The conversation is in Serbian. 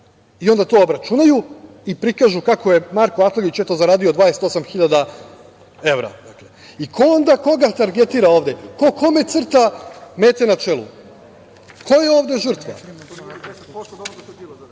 i onda to obračunaju i prikažu kako je Marko Atlagić zaradio 28 hiljada evra. Ko onda koga targetira ovde? Ko kome crta mete na čelu? Ko je ovde žrtva? Dalje,